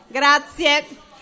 grazie